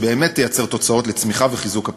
שבאמת תייצר תוצאות לצמיחה וחיזוק הפריפריה.